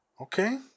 Okay